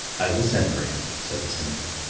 i will send for him, said the seigneur.